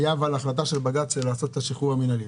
אבל הייתה החלטה של בג"ץ לעשות את השחרור המינהלי.